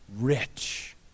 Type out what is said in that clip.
rich